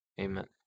amen